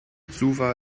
suva